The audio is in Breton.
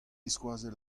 skoazell